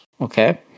Okay